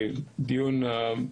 אני רוצה לעבור לליאור פיסו,